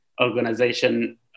organization